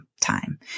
time